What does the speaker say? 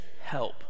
help